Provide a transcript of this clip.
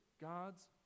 God's